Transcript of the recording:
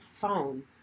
phone